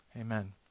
Amen